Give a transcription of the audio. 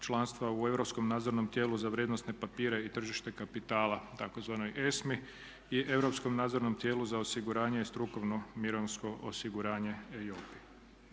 članstva u Europskom nadzornom tijelu za vrijednosne papire i tržite kapitala, tzv. ESMA-i i Europskom nadzornom tijelu za osiguranje strukovno mirovinsko osiguranje ljudi.